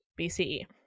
BCE